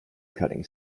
cutting